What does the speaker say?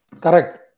Correct